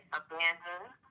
abandoned